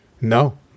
no